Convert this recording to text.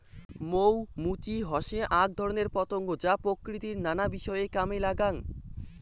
মৌ মুচি হসে আক ধরণের পতঙ্গ যা প্রকৃতির নানা বিষয় কামে লাগাঙ